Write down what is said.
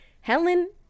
Helen